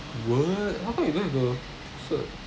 what how come you don't have the cert